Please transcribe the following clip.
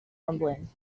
rumbling